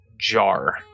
jar